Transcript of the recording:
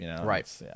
Right